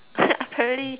apparently